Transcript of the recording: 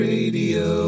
Radio